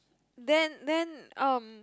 then then um